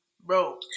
bro